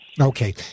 Okay